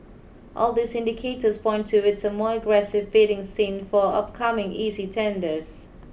all these indicators point towards a more aggressive bidding scene for upcoming E C tenders